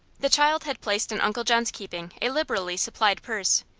the child had placed in uncle john's keeping a liberally supplied purse,